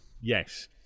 yes